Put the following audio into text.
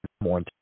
more